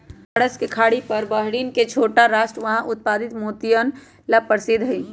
फारस के खाड़ी पर बहरीन के छोटा राष्ट्र वहां उत्पादित मोतियन ला प्रसिद्ध हई